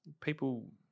people